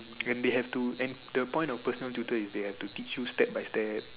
and they have to and the point of personal tutor is they have to teach you step by step